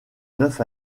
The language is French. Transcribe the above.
neuf